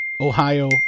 Ohio